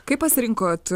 kaip pasirinkot